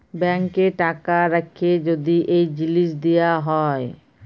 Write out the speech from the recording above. ব্যাংকে টাকা রাখ্যে যদি এই জিলিস দিয়া হ্যয়